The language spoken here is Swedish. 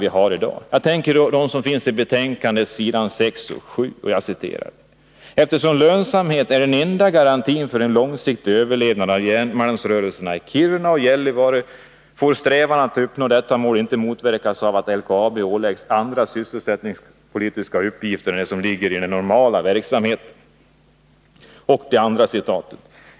Jag tänker på de rader som också finns i betänkandet på s. 6 och 7: ”Eftersom lönsamhet är den enda garantin för en långsiktig överlevnad av järnmalmsrörelserna i Kiruna och Gällivare får strävan att uppnå detta mål ' inte motverkas av att LKAB åläggs andra sysselsättningspolitiska uppgifter än de som ligger i den normala verksamheten.